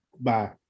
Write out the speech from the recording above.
bye